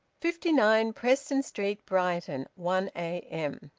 fifty nine preston street, brighton, one a m.